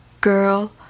Girl